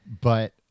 But-